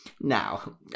Now